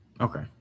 Okay